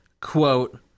quote